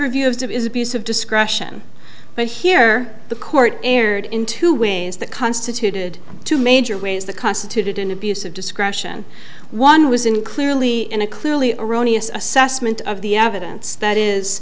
review of that is abuse of discretion but here the court erred in two ways that constituted two major ways that constituted an abuse of discretion one was in clearly in a clearly erroneous assessment of the evidence that is